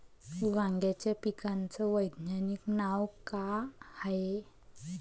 वांग्याच्या पिकाचं वैज्ञानिक नाव का हाये?